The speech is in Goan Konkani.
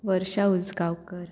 वर्षा उजगांवकर